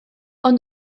ond